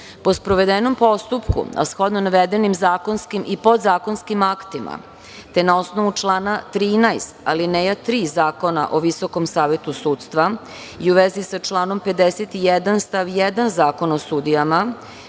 sprovedenom postupku, a shodno navedenim zakonskim i podzakonskim aktima, te na osnovu člana 13. alineja 3. Zakona o Viskom savetu sudstva i u vezi sa članom 51. stav 1. Zakona o sudijama,